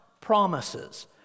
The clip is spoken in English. promises